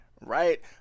right